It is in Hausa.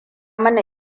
mana